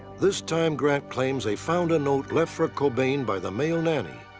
this time, grant claims they found a note left for cobain by the male nanny.